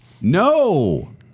no